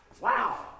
Wow